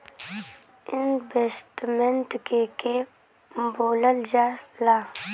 Investment के के बोलल जा ला?